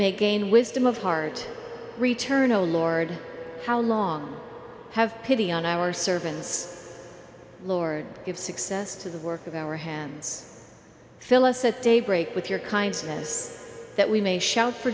may gain wisdom of heart return oh lord how long have pity on our servants lord give success to the work of our hands fill us at daybreak with your kindness that we may shout for